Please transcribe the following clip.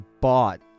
bought